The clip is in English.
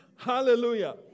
Hallelujah